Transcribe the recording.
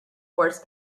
horse